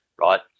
right